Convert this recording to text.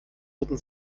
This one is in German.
ritten